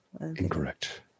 Incorrect